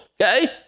okay